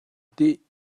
tih